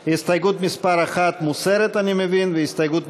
את הסתייגות מס' 1. לא את 2,